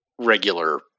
regular